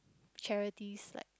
charities like